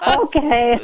okay